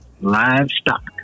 livestock